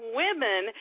women